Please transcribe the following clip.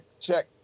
check